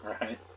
Right